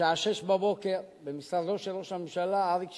בשעה 06:00, במשרדו של ראש הממשלה אריק שרון,